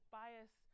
bias